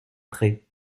prêt